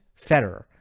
Federer